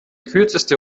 kürzeste